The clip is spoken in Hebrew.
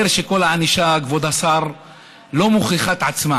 אסור שלאף אחד, לאף אזרח ובשום מקרה,